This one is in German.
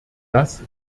das